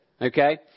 Okay